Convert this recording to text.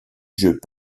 jeux